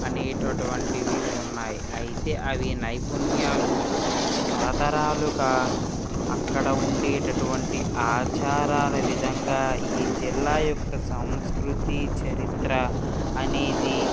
అనేటటువంటివి ఉన్నాయి అయితే అవి నైపుణ్యాలు తరతరాలుగా అక్కడ ఉండేటటువంటి ఆచారాలా విధంగా ఈ జిల్లా యొక్క సంస్కృతి చరిత్ర అనేది